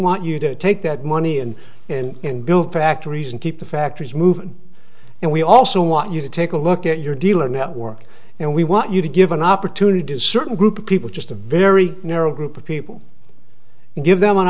want you to take that money in and build factories and keep the factories move and we also want you to take a look at your dealer network and we want you to give an opportunity to certain group of people just a beary narrow group of people give them an